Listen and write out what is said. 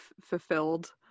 fulfilled